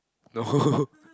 no